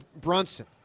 Brunson